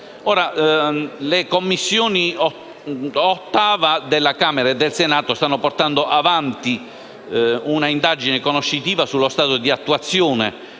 le Commissioni VIII della Camera e 8ª del Senato stanno portando avanti un'indagine conoscitiva sullo stato di attuazione